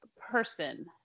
person